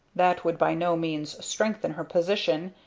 that would by no means strengthen her position,